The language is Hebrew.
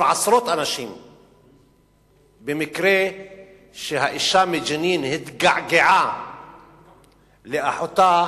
עשרות אנשים במקרה שהאשה מג'נין התגעגעה לאחותה